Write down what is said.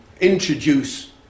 introduce